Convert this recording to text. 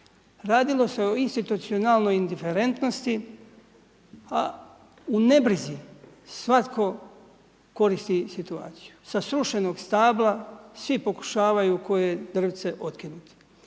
Radilo se o institucionalnoj indiferentnosti a u ne brizi svatko koristi situaciju. Sa srušenog stabla svi pokušavaju koje drvce otkinuti.